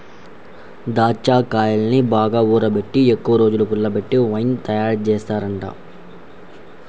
దాచ్చాకాయల్ని బాగా ఊరబెట్టి ఎక్కువరోజులు పుల్లబెట్టి వైన్ తయారుజేత్తారంట